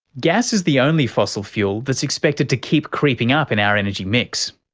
gas is the only fossil fuel that is expected to keep creeping up in our energy mix.